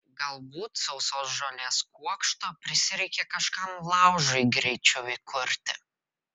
galbūt sausos žolės kuokšto prisireikė kažkam laužui greičiau įkurti